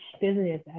business